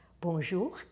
Bonjour